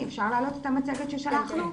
המצגת ששלחנו?